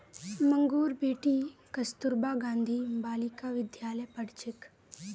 मंगूर बेटी कस्तूरबा गांधी बालिका विद्यालयत पढ़ छेक